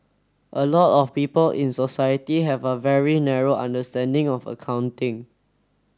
a lot of people in society have a very narrow understanding of accounting